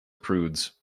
prudes